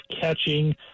catching